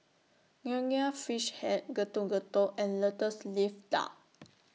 Nonya Fish Head Getuk Getuk and Lotus Leaf Duck